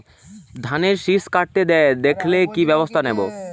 ধানের শিষ কাটতে দেখালে কি ব্যবস্থা নেব?